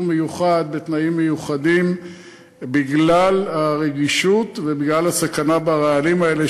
מיוחד ותנאים מיוחדים בגלל הרגישות ובגלל הסכנה ברעלים האלה,